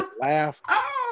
laugh